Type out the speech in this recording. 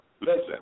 Listen